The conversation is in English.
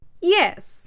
Yes